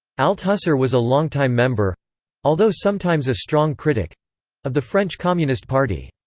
althusser was a longtime member although sometimes a strong critic of the french communist party.